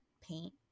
paint